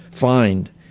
find